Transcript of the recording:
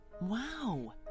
Wow